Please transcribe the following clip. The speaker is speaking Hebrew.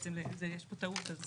בעצם יש פה טעות.